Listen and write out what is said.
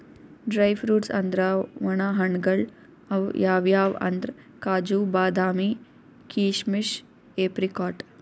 dry fruits ಅಂದ್ರ ವಣ ಹಣ್ಣ್ಗಳ್ ಅವ್ ಯಾವ್ಯಾವ್ ಅಂದ್ರ್ ಕಾಜು, ಬಾದಾಮಿ, ಕೀಶಮಿಶ್, ಏಪ್ರಿಕಾಟ್